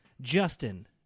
Justin